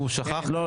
הוא שכח --- לא,